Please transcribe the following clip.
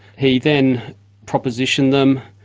he then propositioned them.